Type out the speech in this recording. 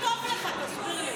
מה כל כך טוב לך, תסביר לי?